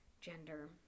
gender